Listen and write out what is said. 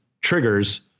triggers